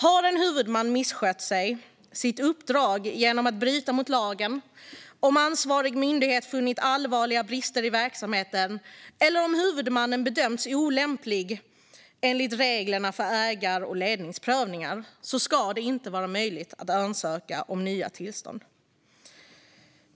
Om en huvudman har misskött sitt uppdrag genom att bryta mot lagen, om ansvarig myndighet funnit allvarliga brister i verksamheten eller om huvudmannen har bedömts olämplig enligt reglerna för ägar och ledningsprövningar ska det inte vara möjligt att ansöka om nya tillstånd.